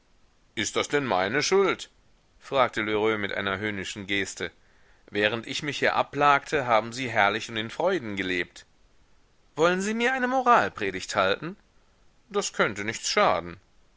ist das denn meine schuld fragte lheureux mit einer höhnischen geste während ich mich hier abplagte haben sie herrlich und in freuden gelebt wollen sie mir eine moralpredigt halten das könnte nichts schaden